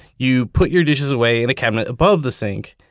you put your dishes away in a cabinet above the sink.